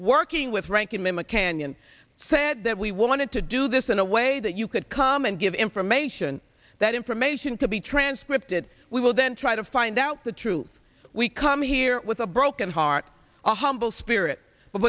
working with ranking member canyon said that we wanted to do this in a way that you could come and give information that information to be transcripted we will then try to find out the truth we come here with a broken heart a humble spirit